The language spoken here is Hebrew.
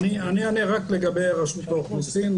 אני אענה רק לגבי רשות האוכלוסין.